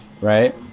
right